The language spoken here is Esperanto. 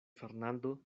fernando